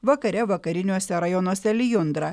vakare vakariniuose rajonuose lijundra